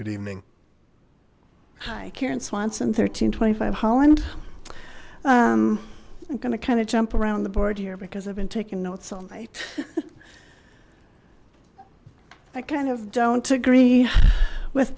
good evening hi karen swanson thirteen twenty five holland i'm going to kind of jump around the board here because i've been taking notes all right i kind of don't agree with